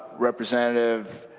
representative